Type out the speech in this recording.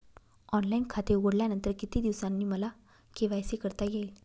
Online खाते उघडल्यानंतर किती दिवसांनी मला के.वाय.सी करता येईल?